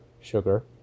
sugar